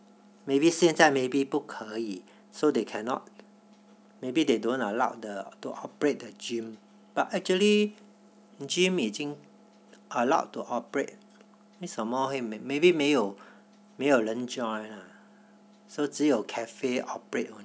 maybe 现在 maybe 不可以 so they cannot maybe they don't allow the to operate the gym but actually gym 已经 allowed to operate 为什么会 maybe 没有没有人 join lah so 只有 cafe operate